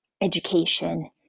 education